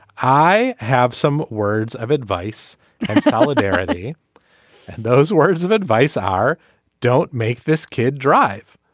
i have some words of advice solidarity and those words of advice are don't make this kid drive.